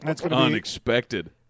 unexpected